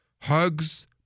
hugs